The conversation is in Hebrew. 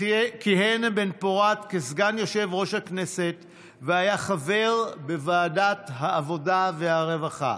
כיהן בן-פורת כסגן יושב-ראש הכנסת והיה חבר בוועדת העבודה והרווחה.